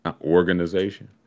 organization